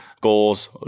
goals